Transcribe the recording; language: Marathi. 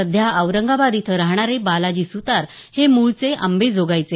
सध्या औरंगाबाद इथं राहणारे बालाजी सुतार हे मूळचे अंबेजोगाईचे